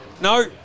No